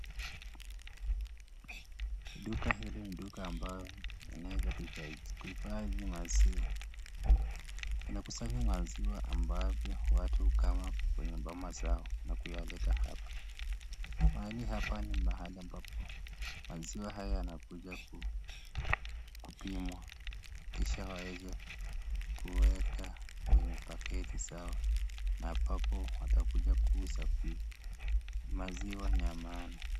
Duka hili ni duka ambao linaweza kuifagi kuifadhi maziwa inakusanya maziwa ambavyo watu hukama kwenye boma zao na kuyaleta hapa mahali hapa ni mahali ambapo maziwa haya yanakuja kupimwa kisha waweze kuweka kwenye paketi zao na ambapo watukuja kuuza pia maziwa niya Maaana.